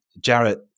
Jarrett